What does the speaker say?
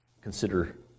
consider